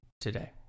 today